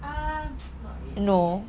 um not really